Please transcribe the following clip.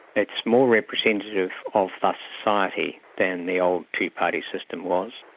it's more representative of a society than the old two-party system was,